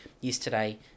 Yesterday